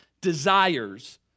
desires